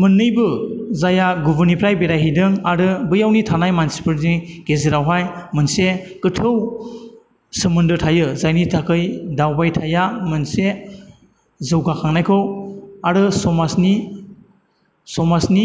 मोननैबो जाया गुबुननिफ्राय बेरायहैदों आरो बैयावनि थानाय मानसिफोरनि गेजेरावहाय मोनसे गोथौ सोमोन्दो थायो जायनि थाखाय दावबायथाइया मोनसे जौगाखांनायखौ आरो समाजनि समाजनि